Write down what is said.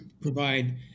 provide